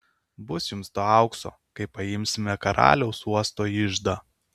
bus jums to aukso kai paimsime karaliaus uosto iždą